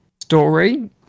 story